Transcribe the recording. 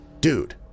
Dude